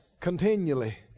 continually